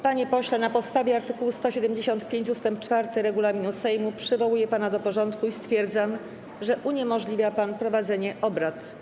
Panie pośle, na podstawie art. 175 ust. 4 regulaminu Sejmu przywołuję pana do porządku i stwierdzam, że uniemożliwia pan prowadzenie obrad.